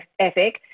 ethic